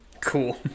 Cool